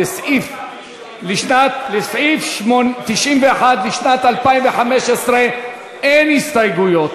לסעיף 91 לשנת 2015 אין הסתייגויות.